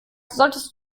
solltest